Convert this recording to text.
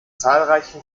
zahlreichen